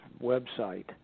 website